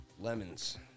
Lemons